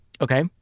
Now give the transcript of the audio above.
Okay